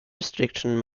restriction